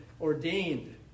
ordained